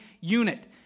unit